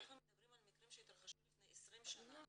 אנחנו מדברים על מקרים שהתרחשו לפני 20 שנה,